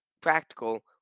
practical